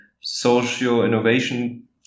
socio-innovation